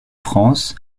france